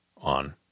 on